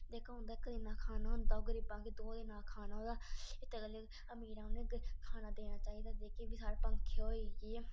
जेह्का उंदा करीना खाना होंदा ओह् गरीबां गी दो दिना खाना ओह्दा इत्त गल्ले अमीरा उनें खाना देना चाहीदा जेह्के बी साढे पंखी होई ऐ